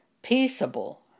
peaceable